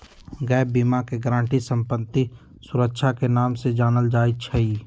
gap बीमा के guarantee संपत्ति सुरक्षा के नाम से जानल जाई छई